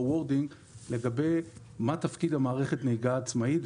לגבי מה תפקיד מערכת נהיגה עצמאית,